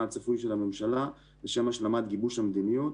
הצפוי של הממשלה לשם השלמת גיבוש המדיניות,